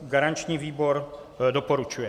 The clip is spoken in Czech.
Garanční výbor doporučuje.